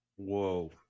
Whoa